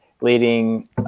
leading